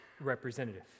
representative